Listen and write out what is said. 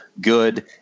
good